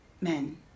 men